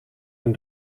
een